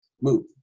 move